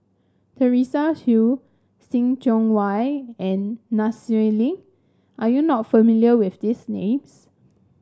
Teresa Hsu See Tiong Wah and Nai Swee Leng are you not familiar with these names